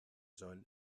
zones